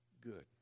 good